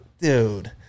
dude